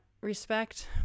respect